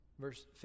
Verse